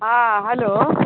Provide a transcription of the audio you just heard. हँ हेलो